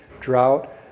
drought